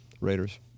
Raiders